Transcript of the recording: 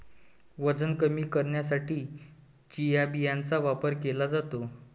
वजन कमी करण्यासाठी चिया बियांचा वापर केला जातो